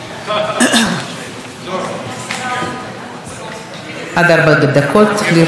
עד ארבע דקות לרשותך, אדוני.